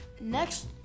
Next